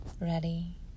ready